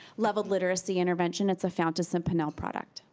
leveled literacy intervention. it's a fountas and pinnell product.